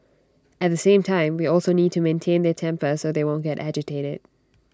at the same time we also need to maintain their temper so they won't get agitated